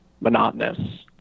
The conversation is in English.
monotonous